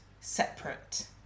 separate